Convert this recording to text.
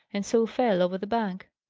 and so fell over the bank.